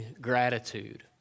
gratitude